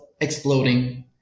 exploding